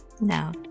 No